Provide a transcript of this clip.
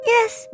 Yes